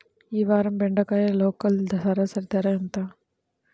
ఈ వారం బెండకాయ లోకల్ సరాసరి ధర ఎంత?